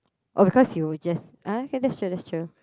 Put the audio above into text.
okay cause you will just uh okay that's true that's true